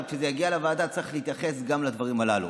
כשזה יגיע לוועדה צריך להתייחס גם לדברים הללו.